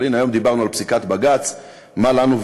אבל הנה,